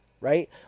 Right